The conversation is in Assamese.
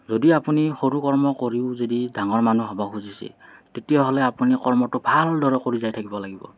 যদি আপুনি সৰু কৰ্ম কৰিও যদি ডাঙৰ মানুহ হ'ব খুজিছে তেতিয়াহ'লে আপুনি কৰ্মটো ভালদৰে কৰি যাই থাকিব লাগিব